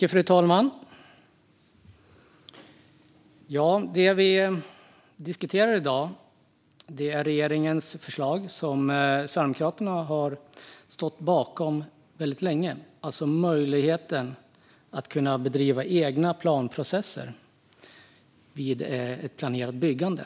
Fru talman! Det vi diskuterar i dag är regeringens förslag som Sverigedemokraterna har stått bakom väldigt länge, det vill säga möjligheten till egna planprocesser vid ett planerat byggande.